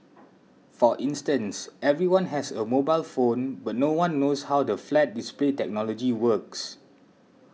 for instance everyone has a mobile phone but no one knows how the flat display technology works